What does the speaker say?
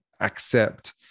accept